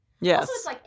Yes